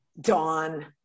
dawn